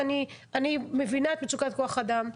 אני מבינה את מצוקת כח האדם.